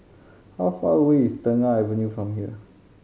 how far away is Tengah Avenue from here